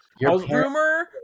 Rumor